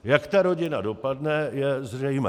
Jak ta rodina dopadne, je zřejmé.